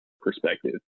perspective